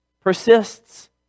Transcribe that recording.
persists